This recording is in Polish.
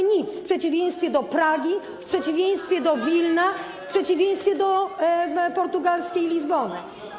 Skandal! ...w przeciwieństwie do Pragi, w przeciwieństwie do Wilna, w przeciwieństwie do portugalskiej Lizbony.